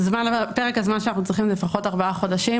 פרק הזמן שאנחנו צריכים הוא לפחות ארבעה חודשים.